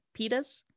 pitas